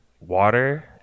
Water